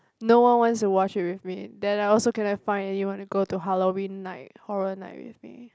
no one wants to watch it with me then I also cannot find anyone to go to Halloween night horror night with me